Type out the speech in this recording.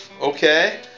Okay